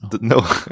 no